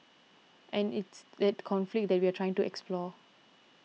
and it's that conflict that we are trying to explore